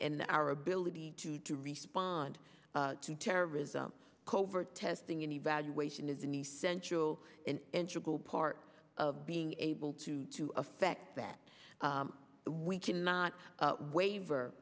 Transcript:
and our ability to to respond to terrorism covert testing and evaluation is an essential an integral part of being able to to effect that we can not waver